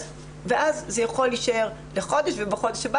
אז זה יכול להישאר לחודש ובחודש הבא